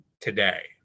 today